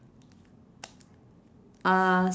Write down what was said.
uh